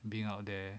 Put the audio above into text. being out there